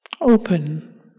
open